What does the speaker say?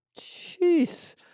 Jeez